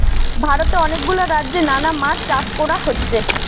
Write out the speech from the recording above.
ভারতে অনেক গুলা রাজ্যে নানা মাছ চাষ কোরা হচ্ছে